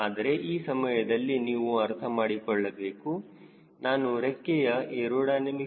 ಆದರೆ ಆ ಸಮಯದಲ್ಲಿ ನೀವು ಅರ್ಥ ಮಾಡಿಕೊಳ್ಳಬೇಕು ನಾನು ರೆಕ್ಕೆಯ a